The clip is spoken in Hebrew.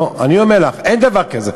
לא, אני אומר לך, אין דבר כזה.